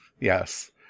yes